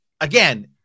again